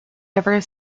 ever